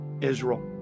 israel